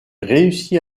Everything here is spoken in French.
réussit